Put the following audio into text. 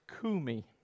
kumi